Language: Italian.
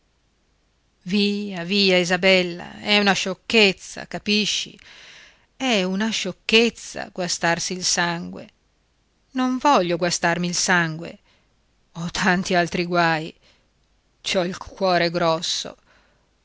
via via isabella è una sciocchezza capisci è una sciocchezza guastarsi il sangue non voglio guastarmi il sangue ho tanti altri guai ci ho il cuore grosso